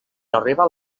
arribar